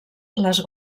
les